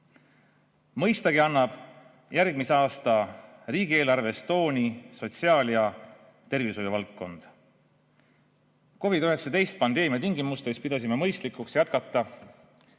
Mõistagi annab järgmise aasta riigieelarves tooni sotsiaal‑ ja tervishoiuvaldkond. COVID‑19 pandeemia tingimustes pidasime mõistlikuks jätkata